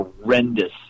horrendous